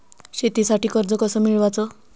शेतीसाठी कर्ज कस मिळवाच?